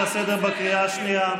אני קורא אותך לסדר בקריאה השנייה.